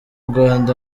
rwanda